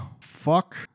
Fuck